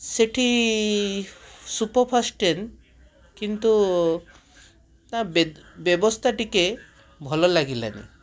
ସେଇଠି superfast train କିନ୍ତୁ ତା ବ୍ୟବସ୍ତା ଟିକିଏ ଭଲ ଲାଗିଲାନି